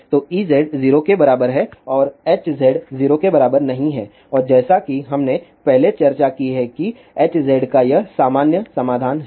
तो Ez 0 के बराबर है और Hz 0 के बराबर नहीं है और जैसा कि हमने पहले चर्चा की है कि Hz का यह सामान्य समाधान है